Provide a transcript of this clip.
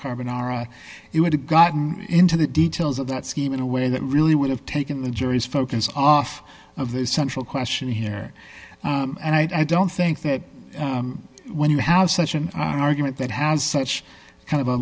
carbon are a he would have gotten into the details of that scheme in a way that really would have taken the jury's focus off of the central question here and i don't think that when you have such an argument that has such kind of a